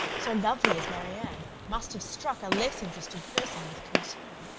so lovely as marianne, must have struck a less interested person with concern.